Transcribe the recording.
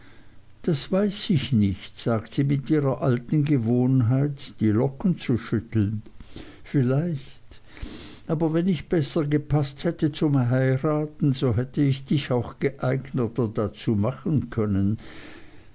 das weiß ich nicht sagt sie mit ihrer alten gewohnheit die locken zu schütteln vielleicht aber wenn ich besser gepaßt hätte zum heiraten so hätte ich dich auch geeigneter dazu machen können